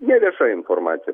nevieša informacija